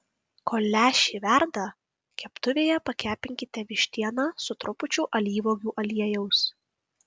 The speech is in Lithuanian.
kol lęšiai verda keptuvėje pakepinkite vištieną su trupučiu alyvuogių aliejaus